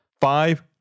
Five